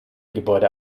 gebäude